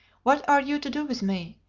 what are you to do with me?